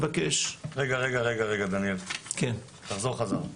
רגע, תחזור בחזרה.